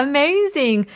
Amazing